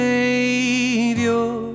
Savior